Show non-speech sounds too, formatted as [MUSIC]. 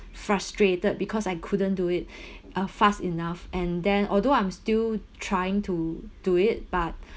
frustrated because I couldn't do it [BREATH] uh fast enough and then although I'm still trying to do it but [BREATH]